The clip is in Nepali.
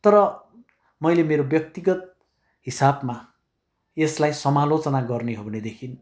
तर मैले मेरो व्यक्तिगत हिसाबमा यसलाई समालोचना गर्ने हो भनेदेखि